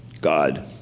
God